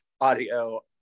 audio